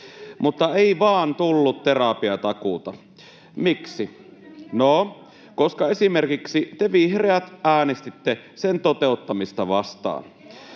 mutta ei vaan tullut terapiatakuuta. Miksi? No, koska esimerkiksi te, vihreät, äänestitte sen toteuttamista vastaan.